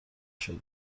شده